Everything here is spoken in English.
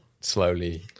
slowly